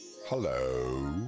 Hello